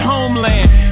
Homeland